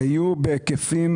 היה עצום,